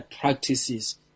practices